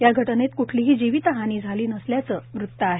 या घटनेत कुठलीही जीवितहानी झाली नसल्याचं वृत्त आहे